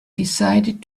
decided